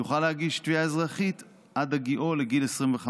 יוכל להגיש תביעה אזרחית עד הגיעו לגיל 25